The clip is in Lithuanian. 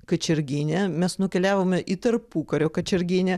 kačerginę mes nukeliavome į tarpukario kačerginę